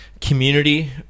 community